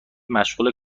مشغول